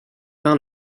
peint